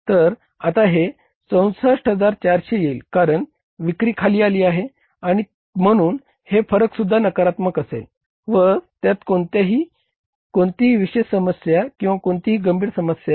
तर आता हे 64400 येईल कारण विक्री खाली आली आहे आणि म्हणून हे फरकसुद्धा नकारात्मक असेल व त्यात कोणतीही कोणतीही विशेष समस्या किंवा कोणतीही गंभीर समस्या नाही